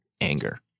anger